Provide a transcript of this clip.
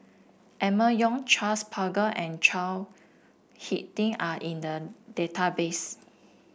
Emma Yong Charles Paglar and Chao HicK Tin are in the database